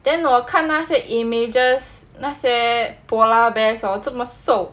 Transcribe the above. then 我看那些 images 那些 polar bears hor 这么瘦